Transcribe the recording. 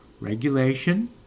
regulation